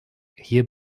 hier